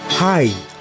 Hi